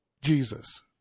Jesus